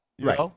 Right